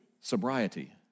sobriety